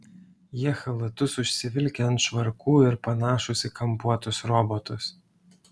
jie chalatus užsivilkę ant švarkų ir panašūs į kampuotus robotus